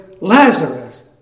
Lazarus